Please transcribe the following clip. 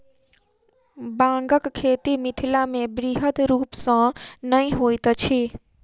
बांगक खेती मिथिलामे बृहद रूप सॅ नै होइत अछि